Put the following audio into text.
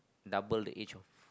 double the age of